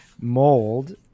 mold